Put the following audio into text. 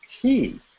key